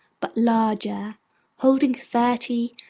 but larger holding thirty,